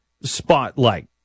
Spotlight